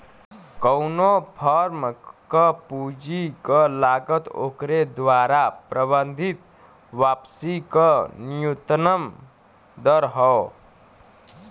कउनो फर्म क पूंजी क लागत ओकरे द्वारा प्रबंधित वापसी क न्यूनतम दर हौ